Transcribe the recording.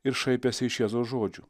ir šaipėsi iš jėzaus žodžių